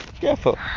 Careful